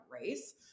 race